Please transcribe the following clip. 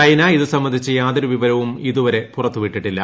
China ഇത് സംബന്ധിച്ച് യാതൊരു വിവരവും ഇതുവരെ പുറത്തുവിട്ടിട്ടില്ല